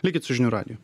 likit su žinių radiju